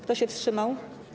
Kto się wstrzymał?